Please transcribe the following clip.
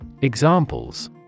Examples